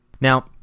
Now